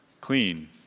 clean